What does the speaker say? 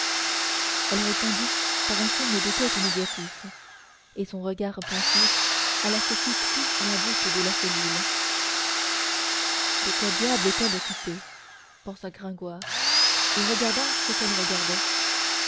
elle répondit par un signe de tête négatif et son regard pensif alla se fixer à la voûte de la cellule de quoi diable est-elle occupée pensa gringoire et regardant ce qu'elle regardait